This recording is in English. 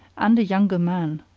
and a younger man.